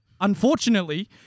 unfortunately